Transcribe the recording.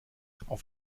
auf